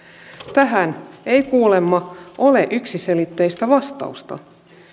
tähän ei kuulemma ole yksiselitteistä vastausta